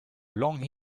long